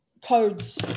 codes